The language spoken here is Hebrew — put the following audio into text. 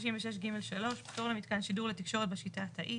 266ג3. פטור למתקן שידור לתקשורת בשיטה התאית.